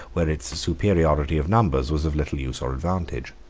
where its superiority of numbers was of little use or advantage.